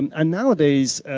and and now a days,